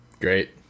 Great